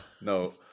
No